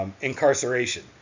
incarceration